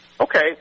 Okay